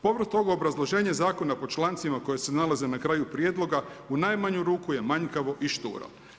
Povrh tog obrazloženja zakona, po članicama koje se nalaze na kraju prijedloga u najmanju ruku je manjkavo i šturo.